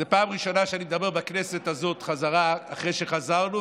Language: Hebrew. זו פעם ראשונה שאני מדבר בכנסת הזאת אחרי שחזרנו,